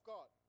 God